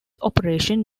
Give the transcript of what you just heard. operation